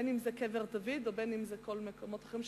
בין אם זה קבר דוד ובין אם זה מקומות אחרים.